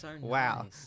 wow